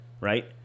Right